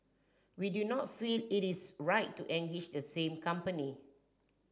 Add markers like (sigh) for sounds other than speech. we do not feel it is right to (unintelligible) the same company